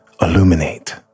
illuminate